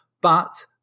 But-